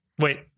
Wait